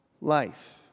life